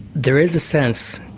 there is a sense,